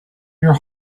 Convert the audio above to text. your